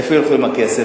איפה ילכו עם הכסף?